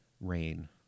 rain